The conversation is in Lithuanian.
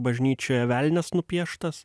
bažnyčioje velnias nupieštas